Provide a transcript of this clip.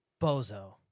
Bozo